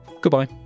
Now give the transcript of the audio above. Goodbye